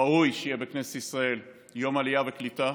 ראוי שיהיה בכנסת ישראל יום עלייה וקליטה,